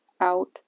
out